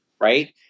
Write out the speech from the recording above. right